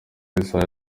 isaha